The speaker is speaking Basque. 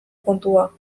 kontua